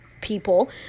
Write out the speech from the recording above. people